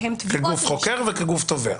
שהם תביעות --- כגוף חוקר וכגוף תובע.